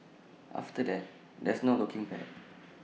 after that there's no looking back